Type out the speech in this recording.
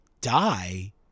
Die